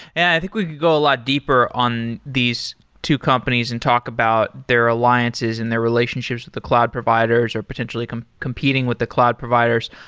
and i think we could go a lot deeper on these two companies and talk about their alliances and their relationship to the cloud providers are potentially competing with the cloud providers.